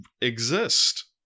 exist